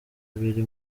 abiri